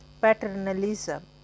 paternalism